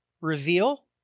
Reveal